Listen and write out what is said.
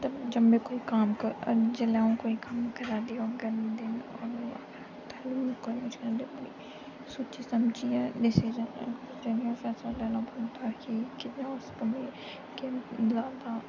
जब में कोई काम जेल्लै अ'ऊं कोई क'म्म करा दी होगङ ते सोची समझियै डिसिजन लैना पौंदा की के उस क'म्मै गी केह् द्वारा